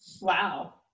Wow